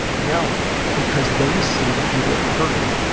no! because they see that you were hurting,